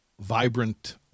vibrant